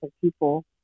people